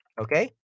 Okay